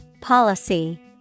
Policy